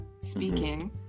speaking